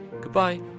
Goodbye